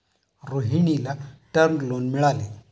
रोहिणीला term loan मिळाले